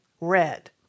red